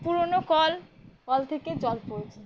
পুরনো কল কল থেকে জল পড়ছে